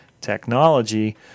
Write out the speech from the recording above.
technology